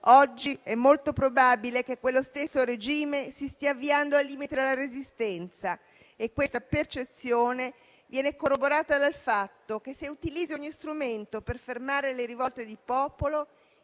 è molto probabile che quello stesso regime si stia avviando al limite della resistenza. Questa percezione viene corroborata dal fatto che, nell'utilizzo di ogni strumento per fermare le rivolte di popolo,